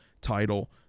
title